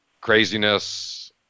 craziness